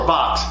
Box